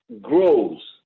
grows